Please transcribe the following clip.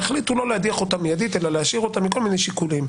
והחליטו לא להדיח אותה מיידית אלא להשאיר אותה מכל מיני שיקולים,